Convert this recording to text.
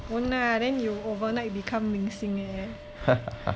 won't lah then you overnight become 明星 leh